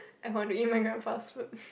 I want to eat my grandpa's food